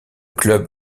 club